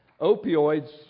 Opioids